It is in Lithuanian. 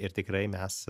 ir tikrai mes